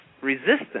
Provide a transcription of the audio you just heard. resistance